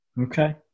Okay